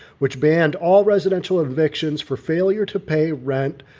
which banned all residential evictions for failure to pay rent,